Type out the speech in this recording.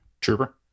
Trooper